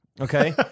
Okay